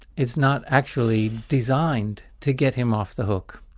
it's not actually designed to get him off the hook,